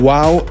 Wow